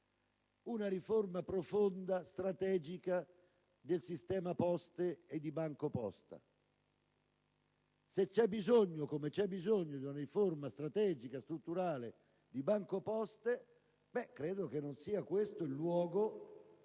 una riforma profonda, strategica del sistema Poste e di BancoPosta? Se c'è bisogno, come c'è bisogno, di una riforma strategica, strutturale di BancoPosta, credo non sia il decreto-legge